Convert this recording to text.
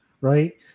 right